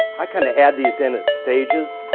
i kind of add this in at stages.